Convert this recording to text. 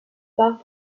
part